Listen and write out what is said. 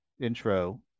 intro